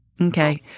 Okay